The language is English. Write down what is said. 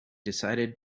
decided